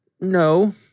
No